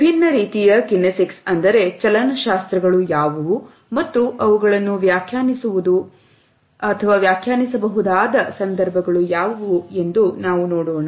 ವಿಭಿನ್ನ ರೀತಿಯ ಕಿನೆಸಿಕ್ಸ್ ಅಂದರೆ ಚಲನಶಾಸ್ತ್ರಗಳು ಯಾವುವು ಮತ್ತು ಅವುಗಳನ್ನು ವ್ಯಾಖ್ಯಾನಿಸಬಹುದು ಆದ ಸಂದರ್ಭಗಳು ಯಾವುವು ಎಂದು ನಾವು ನೋಡೋಣ